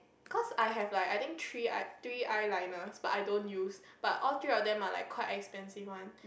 cause I have like I think three~ three eyeliners but I don't use but all three of them are like quite expensive one